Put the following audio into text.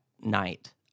night